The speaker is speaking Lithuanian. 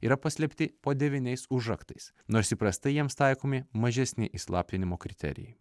yra paslėpti po devyniais užraktais nors įprastai jiems taikomi mažesni įslaptinimo kriterijai